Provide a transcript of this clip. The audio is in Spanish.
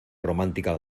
romántica